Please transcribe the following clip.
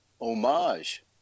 homage